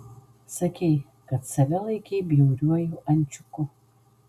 sakei kad save laikei bjauriuoju ančiuku